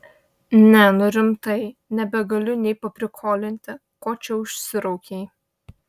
ne nu rimtai nebegaliu nei paprikolinti ko čia užsiraukei